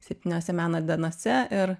septyniose meno dienose ir